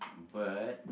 but